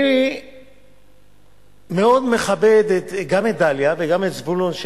אני מאוד מכבד גם את דליה וגם את זבולון,